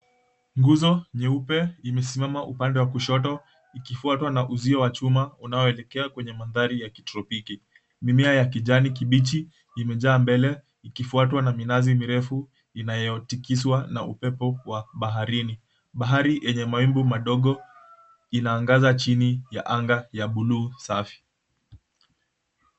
Nguzo nyeupe imesimama upande wa kushoto ikifuatwa na uzio wa chuma unaoelekea kwenye mandhari ya kitropiki. Mimea ya kijani kibichi imejaa mbele ikifuatwa na minazi mirefu inayotikizwa na upepo wa baharini. Bahari yenye mawimbi madogo inaangaza chini ya anga ya buluu safi.